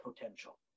potential